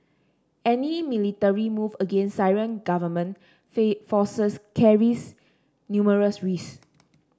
any military move against Syrian government fee forces carries numerous risk